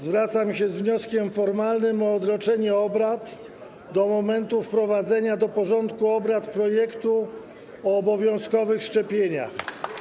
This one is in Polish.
Zwracam się z wnioskiem formalnym o odroczenie obrad do momentu wprowadzenia do porządku obrad projektu o obowiązkowych szczepieniach.